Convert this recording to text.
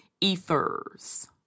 ethers